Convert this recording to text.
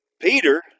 Peter